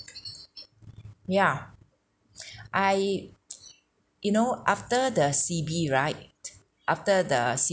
yeah I you know after the C_B right after the C_B